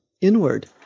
Inward